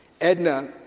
Edna